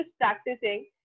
practicing